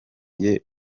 jye